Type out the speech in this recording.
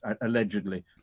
allegedly